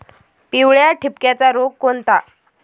पिवळ्या ठिपक्याचा रोग कोणता?